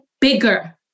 bigger